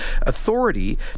authority